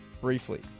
briefly